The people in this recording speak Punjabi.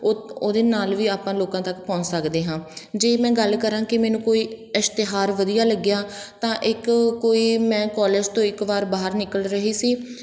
ਓ ਉਹਦੇ ਨਾਲ ਵੀ ਆਪਾਂ ਲੋਕਾਂ ਤੱਕ ਪਹੁੰਚ ਸਕਦੇ ਹਾਂ ਜੇ ਮੈਂ ਗੱਲ ਕਰਾਂ ਕਿ ਮੈਨੂੰ ਕੋਈ ਇਸ਼ਤਿਹਾਰ ਵਧੀਆ ਲੱਗਿਆ ਤਾਂ ਇੱਕ ਕੋਈ ਮੈਂ ਕੋਲਜ ਤੋਂ ਇੱਕ ਵਾਰ ਬਾਹਰ ਨਿਕਲ ਰਹੀ ਸੀ